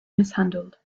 mishandled